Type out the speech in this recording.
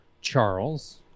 Charles